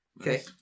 Okay